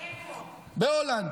בהולנד.